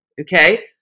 Okay